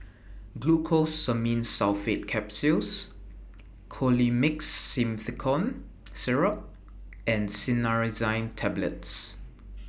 Glucosamine Sulfate Capsules Colimix Simethicone Syrup and Cinnarizine Tablets